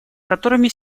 которыми